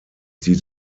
sieht